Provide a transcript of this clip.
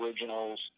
originals